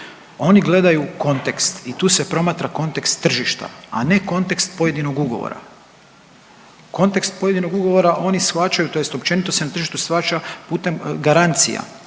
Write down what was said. Oni gledaju kontekst i tu se promatra kontekst tržišta, a ne kontekst pojedinog ugovora. Kontekst pojedinog ugovora oni shvaćaju, tj. općenito se na tržištu shvaća putem garancija,